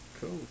cool